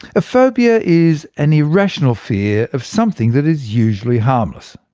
a phobia is an irrational fear of something that is usually harmless.